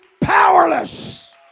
powerless